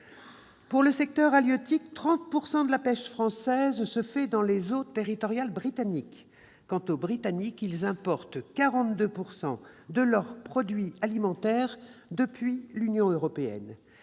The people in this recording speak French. le secteur halieutique, 30 % de la pêche française se fait dans les eaux territoriales britanniques. Quant aux Britanniques, ils importent 42 % de leurs produits alimentaires depuis l'Union européenne.